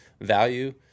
value